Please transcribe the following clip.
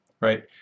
right